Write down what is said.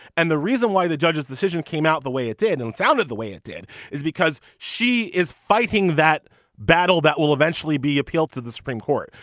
and the reason why the judge's decision came out the way it did and it sounded the way it did is because she is fighting that battle that will eventually be appealed to the supreme court.